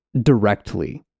directly